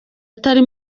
atari